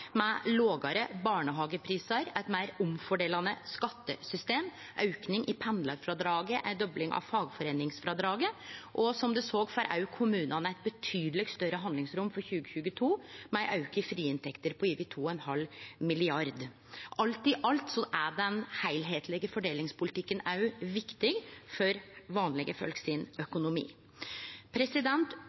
med lågare barnehageprisar, eit meir omfordelande skattesystem, auke i pendlarfrådraget, ei dobling av fagforeiningsfrådraget, og som ein ser, får kommunane eit betydeleg større handlingsrom for 2022 med ein auke i frie inntekter på over 2,5 mrd. kr. Alt i alt er den heilskaplege fordelingspolitikken òg viktig for økonomien til vanlege folk.